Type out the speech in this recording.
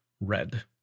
red